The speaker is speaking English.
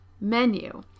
menu